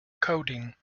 coding